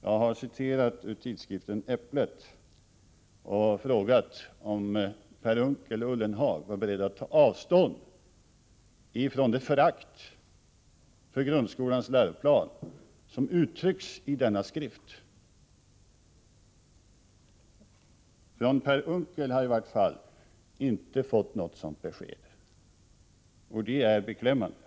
Jag har citerat ur tidskriften Äpplet och frågat om Per Unckel och Jörgen Ullenhag var beredda att ta avstånd från det förakt för grundskolans läroplan som kommer till uttryck i denna skrift. Från Per Unckel har jag i varje fall inte fått något sådant besked, och det är beklämmande.